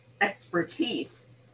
expertise